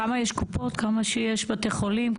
כמה יש קופות, כמה שיש בתי חולים?